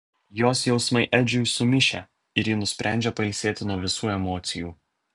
jos jausmai edžiui sumišę ir ji nusprendžia pailsėti nuo visų emocijų